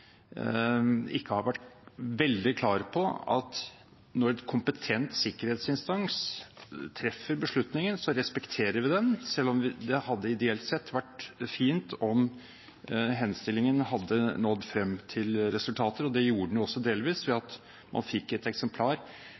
tiden har vært veldig klar på at når kompetent sikkerhetsinstans treffer beslutningen, så respekterer vi den, selv om det ideelt sett hadde vært fint om henstillingen hadde nådd frem til resultater. Og det gjorde den jo også delvis ved at man fikk et eksemplar